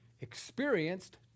experienced